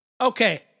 okay